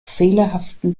fehlerhaften